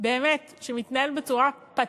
באמת, שמתנהל בצורה פתטית,